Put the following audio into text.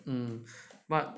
mm but